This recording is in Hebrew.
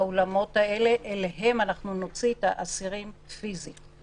אליהם נוציא את האסירים פיזית.